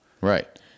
Right